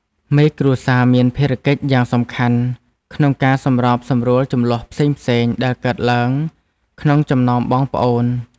មេគ្រួសារមានភារកិច្ចយ៉ាងសំខាន់ក្នុងការសម្របសម្រួលជម្លោះផ្សេងៗដែលកើតឡើងក្នុងចំណោមបងប្អូន។